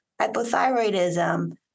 hypothyroidism